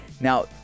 now